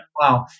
Wow